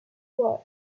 wars